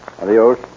Adios